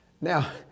Now